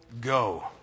go